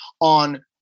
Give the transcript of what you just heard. on